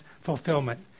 fulfillment